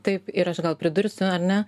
taip ir aš gal pridursiu ar ne